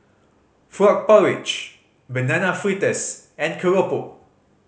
frog porridge Banana Fritters and keropok